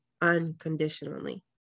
unconditionally